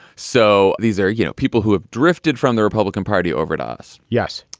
so these are, you know, people who have drifted from the republican party over at us. yes.